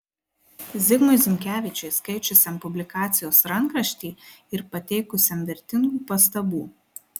zigmui zinkevičiui skaičiusiam publikacijos rankraštį ir pateikusiam vertingų pastabų